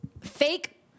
fake